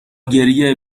گریه